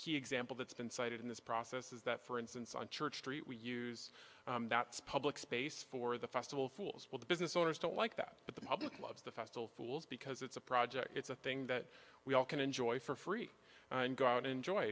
key example that's been cited in this process is that for instance on church street we use public space for the festival fools with the business owners don't like that but the public loves the festival fools because it's a project it's a thing that we all can enjoy for free and go out and enjoy